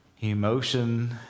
emotion